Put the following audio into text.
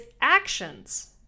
actions